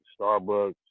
Starbucks